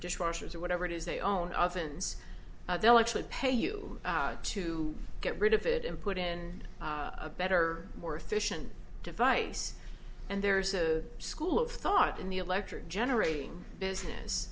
just washers or whatever it is they own ovens they'll actually pay you to get rid of it and put in a better more efficient device and there's a school of thought in the electric generating business